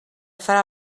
fra